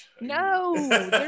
no